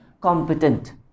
competent